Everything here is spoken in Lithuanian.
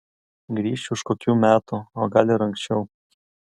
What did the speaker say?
grįšiu už kokių metų o gal ir anksčiau